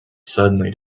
suddenly